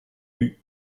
eut